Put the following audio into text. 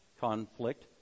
conflict